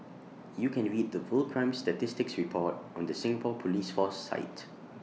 you can read the full crime statistics report on the Singapore Police force site